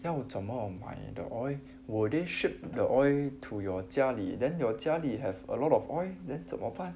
要我怎么买 the oil will they ship the oil to your 家里 then your 家里 have a lot of oil then 怎么办